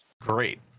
great